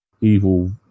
Evil